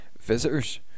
visitors